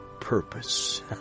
purpose